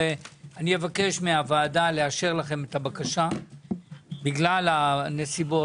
אבקש מהוועדה לאשר לכם את הבקשה בגלל הנסיבות